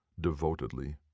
devotedly